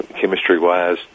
chemistry-wise